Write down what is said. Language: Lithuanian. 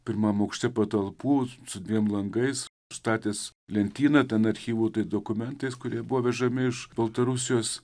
pirmam aukšte patalpų su dviem langais statęs lentyną ten archyvų tais dokumentais kurie buvo vežami iš baltarusijos